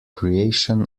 creation